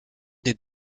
des